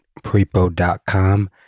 prepo.com